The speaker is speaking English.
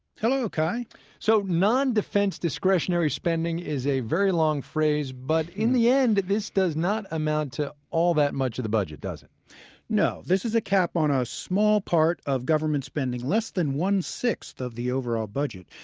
hello, kai so non-defense discretionary spending is a very long phrase but in the end this does not amount to all that much of the budget, does it? no, this is a cap on a small part of government spending, less than one-sixth of the overall budget,